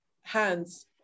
hands